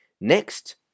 Next